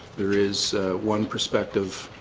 there is one prospective